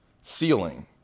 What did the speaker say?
ceiling